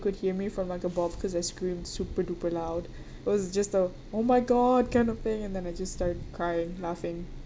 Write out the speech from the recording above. could hear me from like above because I screamed super duper loud it was just a oh my god kind of thing and then I just started crying laughing